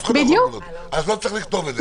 אז לא צריך לכתוב את זה.